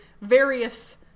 various